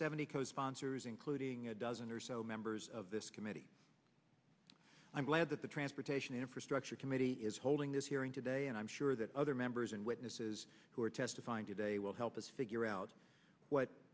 seventy co sponsors including a dozen or so members of this committee i'm glad that the transportation infrastructure committee is holding this hearing today and i'm sure that other members and witnesses who are testifying today will help us figure out what